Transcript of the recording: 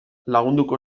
lagunduko